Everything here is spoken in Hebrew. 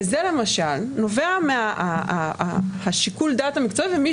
וזה למשל נובע משיקול הדעת המקצועי ומי